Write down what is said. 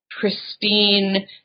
pristine